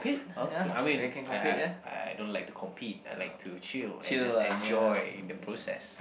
oh I mean I I I I don't like to compete I like to chill and just enjoy the process